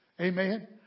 Amen